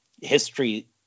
history